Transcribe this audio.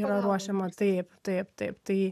yra ruošiama taip taip taip tai